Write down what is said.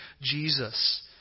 Jesus